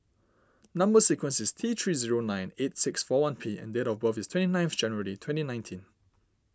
Number Sequence is T three zero nine eight six four one P and date of birth is twenty nine of January twenty nineteen